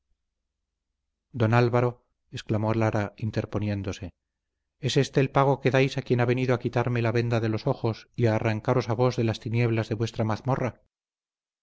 don álvaro exclamó lara interponiéndose es este el pago que dais a quien ha venido a quitarme la venda de los ojos y a arrancaros a vos de las tinieblas de vuestra mazmorra